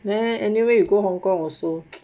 then anyway you go hong kong also